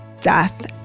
Death